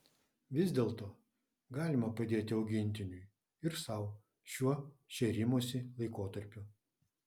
vis dėlto galima padėti augintiniui ir sau šiuo šėrimosi laikotarpiu